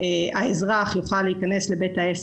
והאזרח יוכל להיכנס לבית העסק,